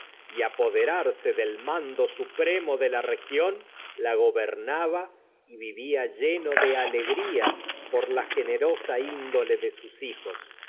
y del mando supremo de la región la gobernaba de sus vivía lleno de alegría se por la generosa índole esa hijos